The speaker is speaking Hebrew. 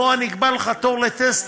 בוא אני אקבע לך תור לטסט,